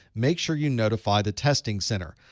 make sure you notify the testing center.